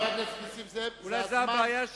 אולי זה הבעיה שלי,